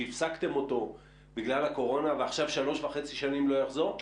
שהפסקתם אותו בגלל הקורונה ועכשיו שלוש וחצי שנים לא יחזור?